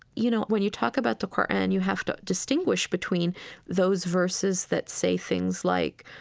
you know, when you talk about the qur'an, you have to distinguish between those verses that say things like,